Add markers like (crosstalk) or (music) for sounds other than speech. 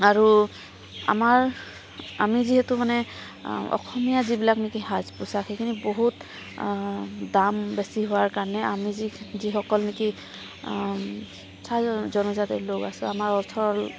আৰু আমাৰ আমি যিহেতু মানে অসমীয়া যিখিনি সাজ পোচাক সেইখিনি বহুত দাম বেছি হোৱাৰ কাৰণে আমি যি যিসকল নেকি চাহ জনজাতিৰ লোক আছে আমাৰ (unintelligible)